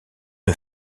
une